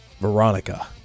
Veronica